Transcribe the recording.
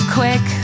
quick